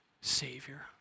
Savior